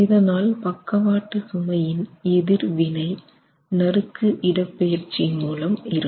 இதனால் பக்கவாட்டு சுமையின் எதிர் வினை நறுக்கு இடப்பெயர்ச்சி மூலம் இருக்கும்